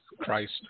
Christ